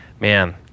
man